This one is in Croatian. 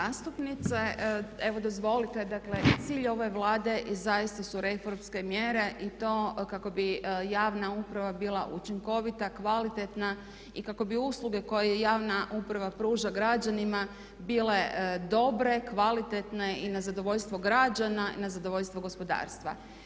Uvažena zastupnice, evo dozvolite, dakle cilj ove Vlade zaista su reformske mjere i to kako bi javna uprava bila učinkovita, kvalitetna i kako bi usluge koje javna uprava pruža građanima bile dobre, kvalitetne i na zadovoljstvo građana i na zadovoljstvo gospodarstva.